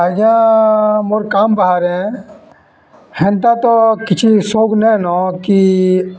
ଆଜ୍ଞା ମୋର୍ କାମ୍ ବାହାରେ ହେନ୍ତା ତ କିଛି ସୋଉକ୍ ନାଇଁନ କି